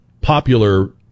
popular